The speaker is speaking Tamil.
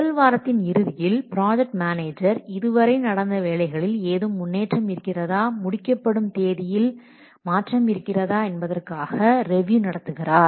முதல் வாரத்தின் இறுதியில் ப்ராஜெக்ட் மேனேஜர் இதுவரை நடந்த வேலைகளில் ஏதும் முன்னேற்றம் இருக்கிறதா முடிக்கப்படும் தேதியில் மாற்றம் இருக்கிறதா என்பதற்காக ரேவியூ நடத்துகிறார்